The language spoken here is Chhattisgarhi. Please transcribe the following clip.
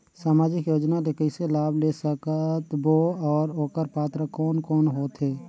समाजिक योजना ले कइसे लाभ ले सकत बो और ओकर पात्र कोन कोन हो थे?